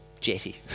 jetty